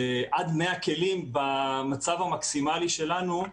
עד 100 כלים במצב המקסימלי שלנו,